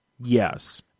Yes